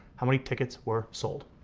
how many tickets were sold?